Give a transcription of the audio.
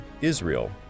Israel